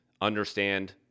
understand